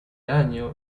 año